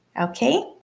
okay